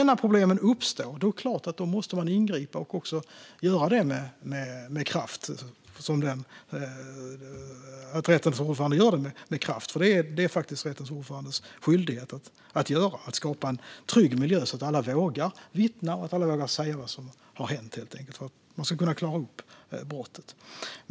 När problemen uppstår är det klart att man måste ingripa och göra det med kraft. Det är faktiskt rättens ordförandes skyldighet att göra det och skapa en trygg miljö så att alla vågar vittna och säga vad som har hänt. Det är viktigt för att man ska kunna klara upp brott.